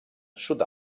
sud